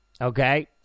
Okay